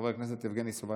חבר הכנסת יבגני סובה,